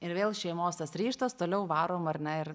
ir vėl šeimos tas ryžtas toliau varom ar ne ir